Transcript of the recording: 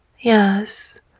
yes